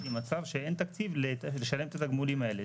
עם מצב שאין תקציב לשלם את התגמולים האלה.